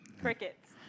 Crickets